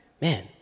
man